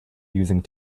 using